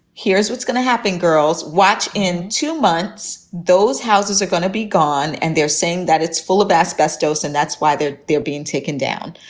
here's what's going to happen. girls watch. in two months, those houses are going to be gone. and they're saying that it's full of asbestos and that's why they're they're being taken down.